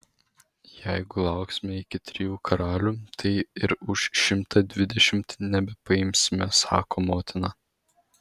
jeigu lauksime iki trijų karalių tai ir už šimtą dvidešimt nebepaimsime sako motina